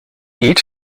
each